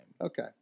Okay